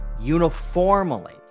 uniformly